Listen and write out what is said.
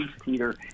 Peter